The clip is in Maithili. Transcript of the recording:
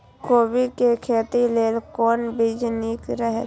कोबी के खेती लेल कोन बीज निक रहैत?